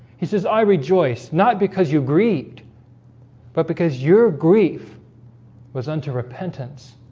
he says i rejoice not because you grieved but because your grief was unto repentance